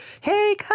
hey